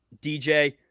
DJ